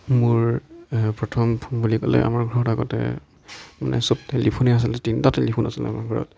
মোৰ প্ৰথম ফোন বুলি ক'লে আমাৰ ঘৰত আগতে মানে চব টেলিফোনেই আছিল তিনিটা টেলিফোন আছিল আমাৰ ঘৰত